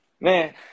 Man